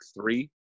three